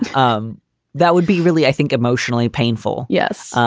um that would be really, i think, emotionally painful. yes.